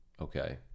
okay